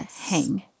hang